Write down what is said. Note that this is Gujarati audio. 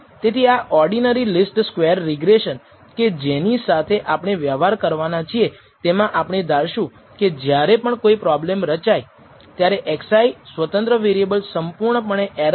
તેથી આ ઓર્ડીનરી લીસ્ટ સ્ક્વેર રિગ્રેસન કે જેની સાથે આપણે વ્યવહાર કરવાના છીએ તેમાં આપણે ધારશુ કે જ્યારે પણ કોઈ પ્રોબ્લેમ રચાય ત્યારે x i સ્વતંત્ર વેરિએબલ સંપૂર્ણપણે એરર રહિત છે